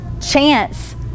chance